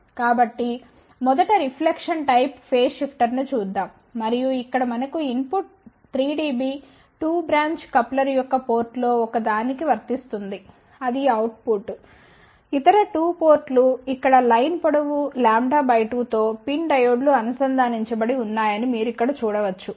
కాబట్టి మొదట reflection type phase షిఫ్టర్ను చూద్దాం మరియు ఇక్కడ మనకు ఇన్పుట్ 3 dB 2 బ్రాంచ్ కప్లర్ యొక్క పోర్టులో ఒకదానికి వస్తోంది ఇది అవుట్ పుట్ఇతర 2 పోర్ట్లు ఇక్కడ లైన్ పొడవు l 2 తో PIN డయోడ్లు అనుసంధానించబడి ఉన్నాయని మీరు ఇక్కడ చూడవచ్చు